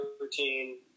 routine